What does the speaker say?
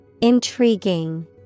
Intriguing